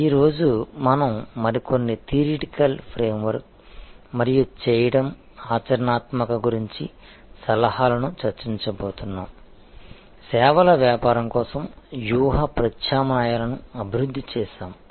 ఈ రోజు మనం మరికొన్ని థీరిటికల్ ఫ్రేంవర్క్ మరియు చేయడం ఆచరణాత్మక గురించి సలహాలను చర్చించబోతున్నాము సేవల వ్యాపారం కోసం వ్యూహ ప్రత్యామ్నాయాలను అభివృద్ధి చేస్తాము